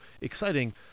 exciting